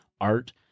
art